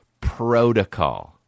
protocol